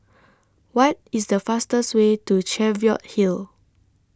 What IS The fastest Way to Cheviot Hill